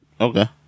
Okay